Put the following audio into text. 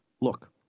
Look